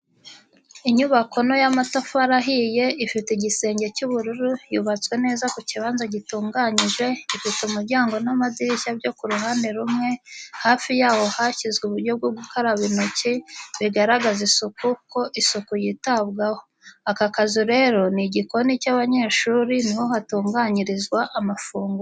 Inyubako nto y’amatafari ahiye, ifite igisenge cy’ubururu, yubatswe neza ku kibanza gitunganyije, ifite umuryango n’amadirishya byo ku ruhande rumwe, Hafi yayo hashyizwe uburyo bwo gukaraba intoki, bigaragaza isuku ko isuku yitabwaho. akakazu rero nigikoni cy'abanyeshuli niho hatunganyirizwa amafunguro.